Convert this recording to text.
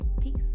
Peace